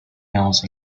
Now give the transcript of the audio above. else